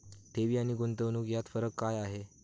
ठेवी आणि गुंतवणूक यात फरक काय आहे?